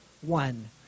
one